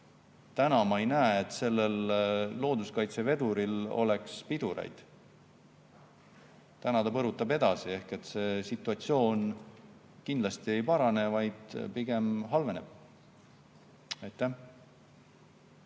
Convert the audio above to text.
Ma ei näe, et sellel looduskaitseveduril oleks pidureid. Ta põrutab edasi ehk situatsioon kindlasti ei parane, vaid pigem halveneb.